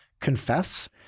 confess